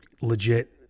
legit